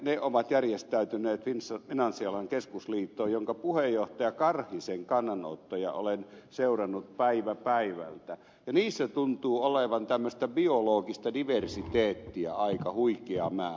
ne ovat järjestäytyneet finanssialan keskusliittoon jonka puheenjohtaja karhisen kannanottoja olen seurannut päivä päivältä ja niissä tuntuu olevan tämmöistä biologista diversiteettiä aika huikea määrä